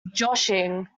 joshing